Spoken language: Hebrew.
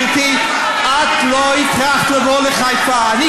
גברתי, את לא הטרחת את עצמך לבוא לחיפה.